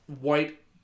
white